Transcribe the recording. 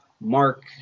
Mark